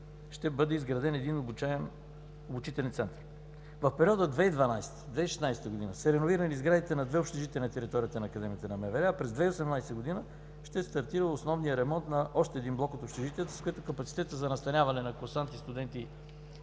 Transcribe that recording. ще бъде изграден обучителен център. В периода 2012 – 2016 г. са реновирани сградите на две общежития на територията на Академията на МВР, а през 2018 г. ще стартира основният ремонт на още един блок от общежитията, с което капацитетът за настаняване на курсанти, студенти